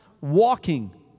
walking